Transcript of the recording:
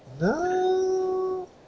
No